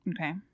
Okay